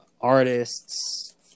artists